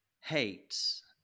hates